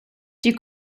die